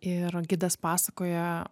ir gidas pasakoja